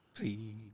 Please